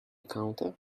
counter